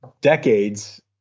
decades